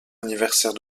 anniversaire